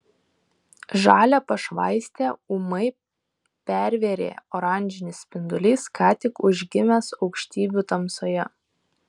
žalią pašvaistę ūmai pervėrė oranžinis spindulys ką tik užgimęs aukštybių tamsoje